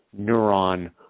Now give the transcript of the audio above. neuron